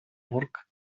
burg